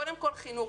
קודם כל חינוך.